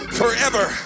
forever